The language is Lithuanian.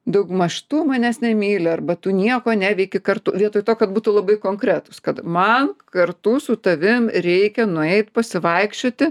daugmaž tu manęs nemyli arba tu nieko neveiki kartu vietoj to kad būtų labai konkretūs kad man kartu su tavim reikia nueit pasivaikščiot